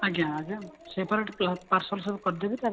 ଆଜ୍ଞା ଆଜ୍ଞା ସେପାରେଟ୍ ପା ପାର୍ସଲ୍ ସବୁ କରିଦେବି ତା'ପରେ